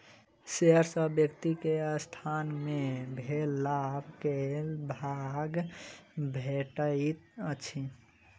share सॅ व्यक्ति के संसथान मे भेल लाभ के भाग भेटैत अछि